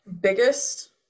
biggest